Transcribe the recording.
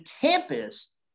campus